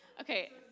okay